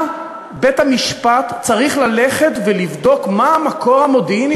מה בית-המשפט צריך ללכת ולבדוק מה המקור המודיעיני